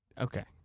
Okay